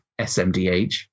SMDH